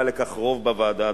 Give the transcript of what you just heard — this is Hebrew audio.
ולא היה לכך רוב בוועדה,